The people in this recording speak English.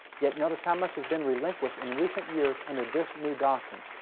yet, notice how much has been relinquished in recent years under this new doctrine.